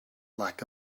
like